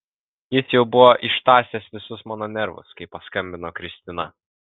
jis jau buvo ištąsęs visus mano nervus kai paskambino kristina